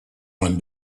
one